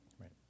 Right